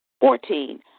fourteen